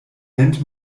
nennt